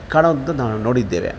ಕಾಣುವಂಥದ್ ನಾವು ನೋಡಿದ್ದೇವೆ